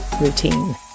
routine